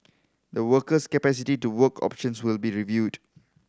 the worker's capacity to work options will be reviewed